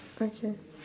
okay